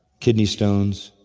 kidney stones,